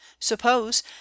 suppose